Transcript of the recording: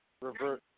revert